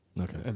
Okay